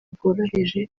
bworoheje